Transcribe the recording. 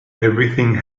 everything